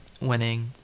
winning